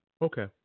Okay